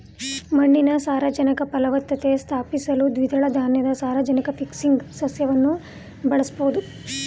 ಮಣ್ಣಿನ ಸಾರಜನಕ ಫಲವತ್ತತೆ ಸ್ಥಾಪಿಸಲು ದ್ವಿದಳ ಧಾನ್ಯದ ಸಾರಜನಕ ಫಿಕ್ಸಿಂಗ್ ಸಸ್ಯವನ್ನು ಬಳಸ್ಬೋದು